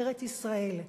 ארץ-ישראל.